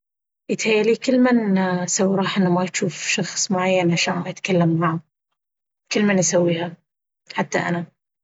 يتهيأ لي كلمن سوى روحه أن ما يجوف شخص معين عشان ما يتكلم معاه… كل من يسويها! حتى أنا!